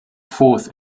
fourth